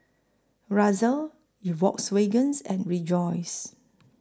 Razer Volkswagens and Rejoice